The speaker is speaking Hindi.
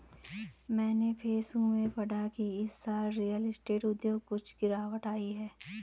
मैंने फेसबुक में पढ़ा की इस साल रियल स्टेट उद्योग कुछ गिरावट आई है